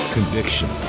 Conviction